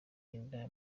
inda